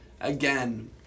again